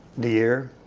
the year.